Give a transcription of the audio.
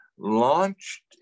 launched